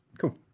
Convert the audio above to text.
cool